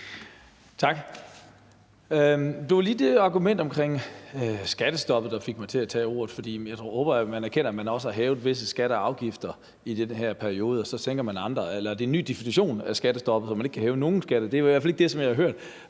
Det var lige det argument omkring skattestoppet, der fik mig til at tage ordet, for jeg håber, at man erkender, at man også har hævet visse skatter og afgifter i den her periode og så sænket andre – eller er det en ny definition på skattestoppet, at man ikke kan hæve nogen skatter? Det er i hvert fald ikke det, som jeg har hørt